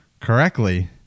correctly